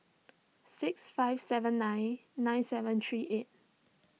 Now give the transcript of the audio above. six five seven nine nine seven three eight